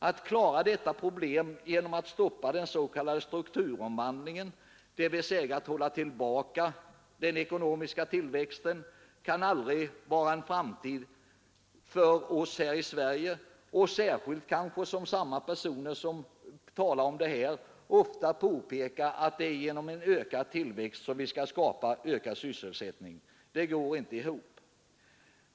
Att klara dessa problem genom att stoppa den s.k. strukturomvandlingen, dvs. att hålla tillbaka den ekonomiska tillväxten, kan aldrig vara en framtid för oss här i Sverige. De personer som talar om sådant är ofta desamma som påpekar att det är genom en ökad tillväxt som vi skall skapa ökad sysselsättning. Det går inte ihop.